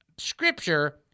Scripture